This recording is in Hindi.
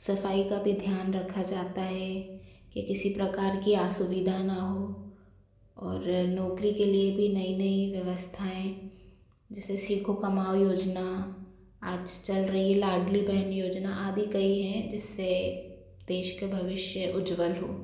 सफाई का भी ध्यान रखा जाता है कि किसी प्रकार की आसुविधा न हो और नौकरी के लिए भी नई नई व्यवस्थाएँ जैसे सीखो कमाओ योजना आज चल रही है लाडली बहन योजना आदि कई हैं जिससे देश के भविष्य उज्जवल हो